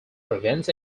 prevents